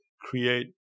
create